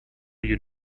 you